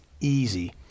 easy